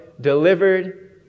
delivered